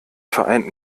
vereinten